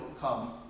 come